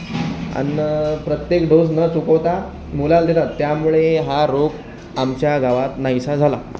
आणि मग प्रत्येक डोस न चुकवता मुलाला देतात त्यामुळे हा रोग आमच्या गावात नाहीसा झाला